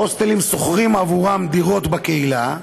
ההוסטלים שוכרים בעבורם דירות בקהילה.